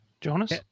Jonas